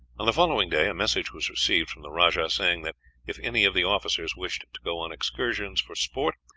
on the following day a message was received from the rajah, saying that if any of the officers wished to go on excursions for sport,